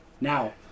Now